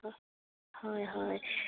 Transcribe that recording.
অঁ হয় হয়